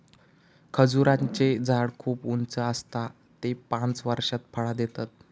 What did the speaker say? खजूराचें झाड खूप उंच आसता ते पांच वर्षात फळां देतत